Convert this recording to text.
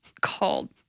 called